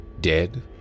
dead